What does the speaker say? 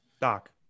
Doc